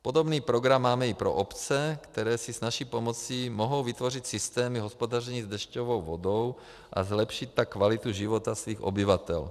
Podobný program máme i pro obce, které se s naší pomocí mohou vytvořit systémy hospodaření s dešťovou vodou a zlepšit tak kvalitu života svých obyvatel.